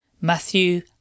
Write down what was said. Matthew